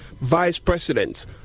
Vice-President